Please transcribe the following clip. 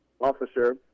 officer